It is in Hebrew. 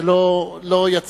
זה לא יצא.